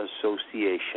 Association